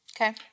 Okay